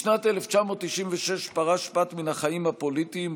בשנת 1996 פרש פת מן החיים הפוליטיים,